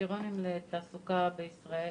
הקריטריונים לתעסוקה בישראל